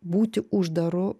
būti uždaru